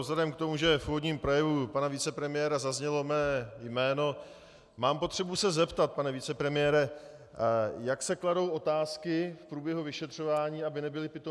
Vzhledem k tomu, že v úvodním projevu pana vicepremiéra zaznělo mé jméno, mám potřebu se zeptat: Pane vicepremiére, jak se kladou otázky v průběhu vyšetřování, aby nebyly pitomé?